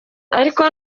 ariko